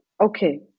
okay